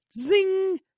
Zing